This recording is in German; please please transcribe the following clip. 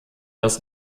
das